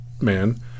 man